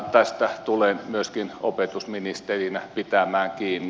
tästä tulen myöskin opetusministerinä pitämään kiinni